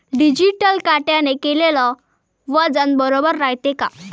Digital काट्याने केलेल वजन बरोबर रायते का?